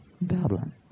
Babylon